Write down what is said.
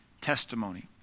testimony